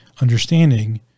understanding